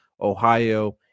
Ohio